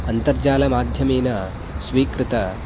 अन्तर्जालमाध्यमेन स्वीकृत